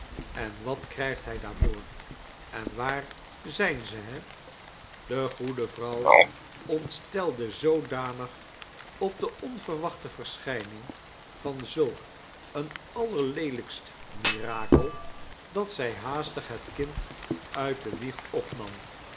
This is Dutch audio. en wat krijgt hij daarvoor en waar zijn ze he de goede vrouw ontstelde zoodanig op de onverwachte verschijning van zulk een allerleelijkst mirakel dat zij haastig het kind uit de wieg opnam